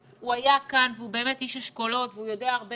הוא היה כאן והוא באמת איש אשכולות והוא יודע הרבה